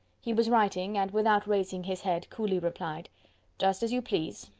he was writing and, without raising his head, coolly replied just as you please.